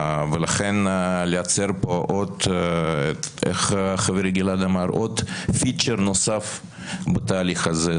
לכן לייצר כאן עוד כפי שחברי גלעד אמר פיצ'ר נוסף בתהליך הזה,